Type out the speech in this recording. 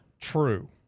true